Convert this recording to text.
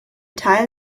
teil